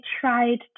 tried